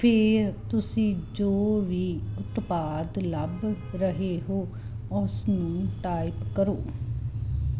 ਫਿਰ ਤੁਸੀਂ ਜੋ ਵੀ ਉਤਪਾਦ ਲੱਭ ਰਹੇ ਹੋ ਉਸ ਨੂੰ ਟਾਈਪ ਕਰੋ